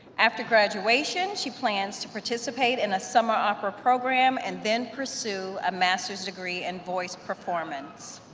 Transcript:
after graduation, she plans to participate in a summer opera program and then pursue a master's degree in voice performance.